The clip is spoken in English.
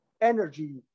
energy